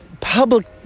public